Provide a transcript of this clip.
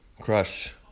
Crush